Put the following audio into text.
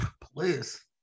please